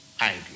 idea